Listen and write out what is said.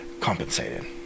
compensated